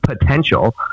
potential